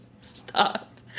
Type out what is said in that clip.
Stop